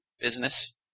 business